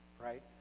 right